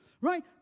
Right